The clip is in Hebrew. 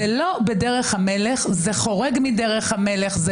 זה חורג מדרך המלך.